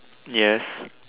yes